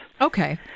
Okay